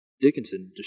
Dickinson